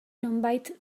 nonbait